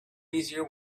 easier